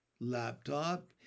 laptop